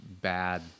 bad